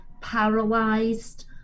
paralyzed